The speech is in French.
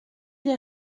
les